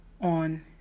on